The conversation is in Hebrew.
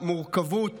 אני לא מזלזל במורכבות